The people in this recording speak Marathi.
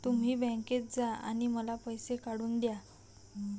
तुम्ही बँकेत जा आणि मला पैसे काढून दया